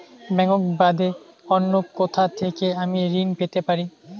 Bank বাদে অন্য কোথা থেকে আমি ঋন পেতে পারি?